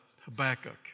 Habakkuk